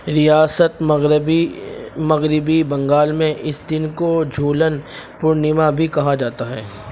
ریاست مغربی مغربی بنگال میں اس دن کو جھولن پورنما بھی کہا جاتا ہے